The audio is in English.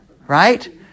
right